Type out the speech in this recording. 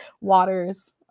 Waters